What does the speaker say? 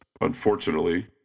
unfortunately